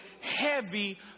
heavy